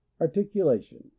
Articulation